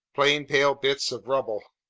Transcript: plain pale bits of rubble